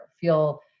feel